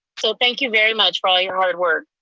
so thank you very much for all your hard work.